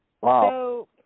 Wow